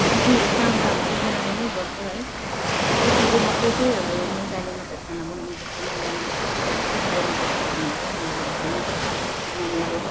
दुई काम त अब दुईजानाले नै गर्छ है केटीले मात्रै त्यही अब महिलाले मात्र खाना बनाउनु पर्छ महिलाले मात्रै सबै कुरो गर्नु पर्छ भनेर चाहिँ मलाई लाग्दैन किनभने अब